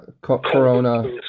corona